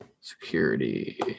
Security